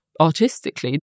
artistically